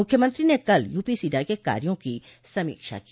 मुख्यमंत्री ने कल यूपीसीडा के कार्यों की समीक्षा की